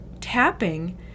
tapping